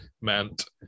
meant